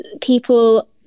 people